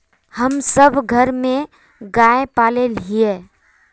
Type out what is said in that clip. हम सब घर में गाय पाले हिये?